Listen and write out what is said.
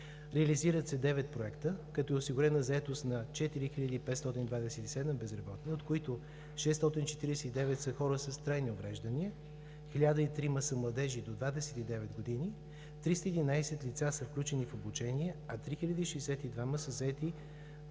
Реализират се девет проекта, като е осигурена заетост на 4527 безработни, от които 649 са хора с трайни увреждания; 1003 са младежи до 29 години; 311 лица са включени в обучение, а 3062 заети